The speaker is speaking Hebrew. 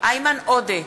איימן עודה,